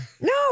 No